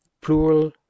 plural